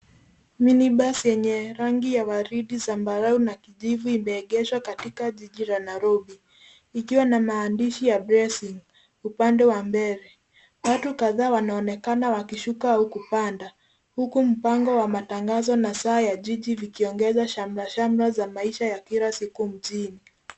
minibus yenye rangi ya zambarau na kijivu limeegeshwa katika jiji la Nairobi likiwa na maanyya blessings huko mbele. Watu kadhaa wanaonekana wakipanda huku masaa ya matangazo za jiji ikiongeza shamra shamra za maisha ya kila siku mjini.